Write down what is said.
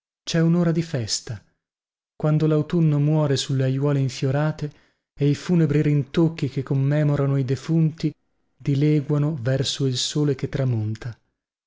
darmenti cè unora di festa quando lautunno muore sulle aiuole infiorate e i funebri rintocchi che commemorano i defunti dileguano verso il sole che tramonta